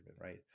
Right